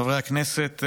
חברי הכנסת,